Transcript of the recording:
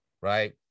right